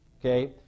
okay